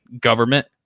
government